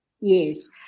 Yes